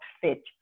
fit